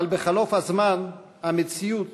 אבל בחלוף הזמן המציאות